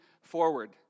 forward